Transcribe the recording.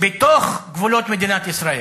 בתוך גבולות מדינת ישראל.